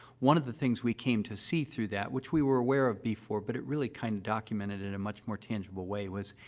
one of the things we came to see through that, which we were aware of before, but it really kind of documented it in a much more tangible way, was,